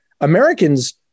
Americans